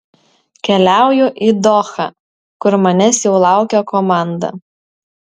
keliauju į dohą kur manęs jau laukia komanda